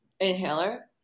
inhaler